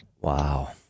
Wow